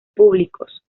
públicos